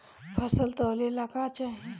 फसल तौले ला का चाही?